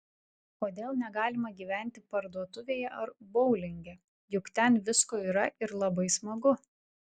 kodėl negalima gyventi parduotuvėje ar boulinge juk ten visko yra ir labai smagu